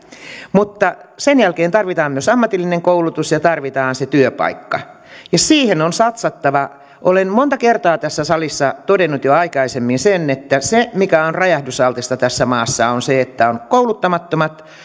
mutta sen jälkeen tarvitaan myös ammatillinen koulutus ja tarvitaan työpaikka ja siihen on satsattava olen monta kertaa tässä salissa todennut jo aikaisemmin sen että se mikä on räjähdysaltista tässä maassa on se että on kouluttamattomat